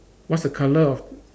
what's the colour of